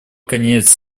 конец